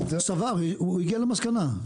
הוא הגיע למסקנה.